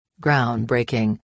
groundbreaking